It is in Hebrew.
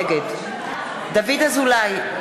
נגד דוד אזולאי,